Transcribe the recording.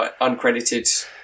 uncredited